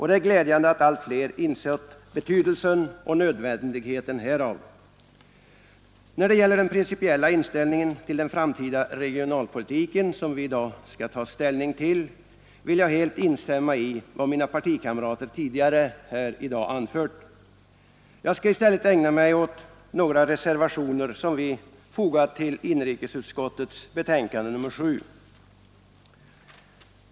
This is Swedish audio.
Det är glädjande att allt fler insett betydelsen och nödvändigheten härav. När det gäller den principiella inställningen till den framtida regionalpolitiken, som vi i dag ska ta ställning till, vill jag helt instämma i vad mina partikamrater här har anfört. Jag skall i stället ägna mig åt några reservationer som vi fogat till inrikesutskottets betänkande nr 7.